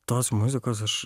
tos muzikos aš